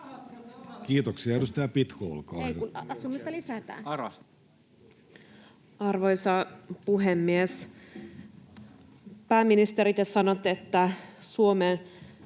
Content: Arvoisa puhemies! Pääministeri, te sanoitte, että Suomi